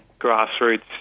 grassroots